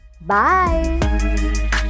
Bye